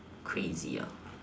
crazy ah